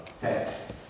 tests